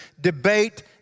debate